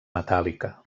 metàl·lica